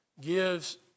gives